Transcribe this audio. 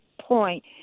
point